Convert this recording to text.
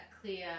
clear